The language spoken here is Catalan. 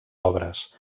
obres